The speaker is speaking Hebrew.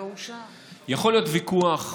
יכול להיות ויכוח